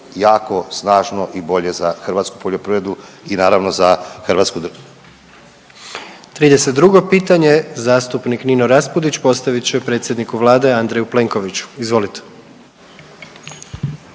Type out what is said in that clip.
jako snažno i bolje za hrvatsku poljoprivredu i naravno za Hrvatsku državu. **Jandroković, Gordan (HDZ)** 32. pitanje zastupnik Nino Raspudić postavit će predsjedniku Vlade Andreju Plenkoviću. Izvolite.